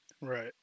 Right